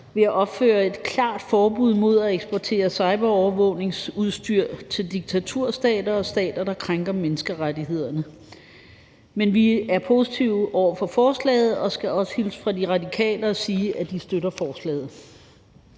ved at opføre et klart forbud mod at eksportere cyberovervågningsudstyr til diktaturstater og stater, der krænker menneskerettighederne. Men vi er positive over for forslaget og skal også hilse fra De Radikale og sige, at de støtter forslaget.